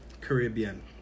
Caribbean